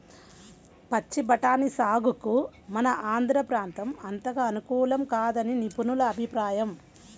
పచ్చి బఠానీ సాగుకు మన ఆంధ్ర ప్రాంతం అంతగా అనుకూలం కాదని నిపుణుల అభిప్రాయం